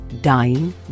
dying